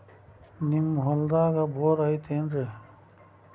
ನಿಮ್ಮ ಹೊಲ್ದಾಗ ಬೋರ್ ಐತೇನ್ರಿ?